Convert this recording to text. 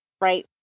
right